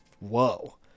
Whoa